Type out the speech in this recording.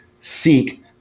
seek